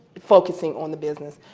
focusing on the business.